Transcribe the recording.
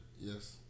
yes